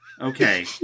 Okay